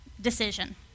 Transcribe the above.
decision